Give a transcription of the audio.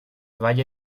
valle